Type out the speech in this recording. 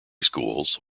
schools